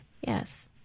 Yes